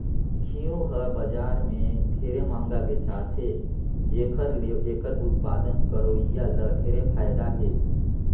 घींव हर बजार में ढेरे मंहगा बेचाथे जेखर ले एखर उत्पादन करोइया ल ढेरे फायदा हे